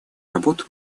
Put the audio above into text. работу